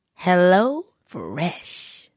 HelloFresh